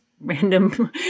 Random